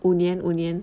五年五年